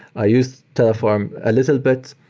i used terraform a little bit.